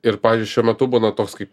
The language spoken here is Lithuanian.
ir pavyzdžiui šiuo metu būna toks kaip